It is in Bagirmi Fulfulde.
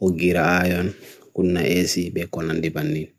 hoqgira ayon, kunna esi be konandipanil.